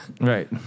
Right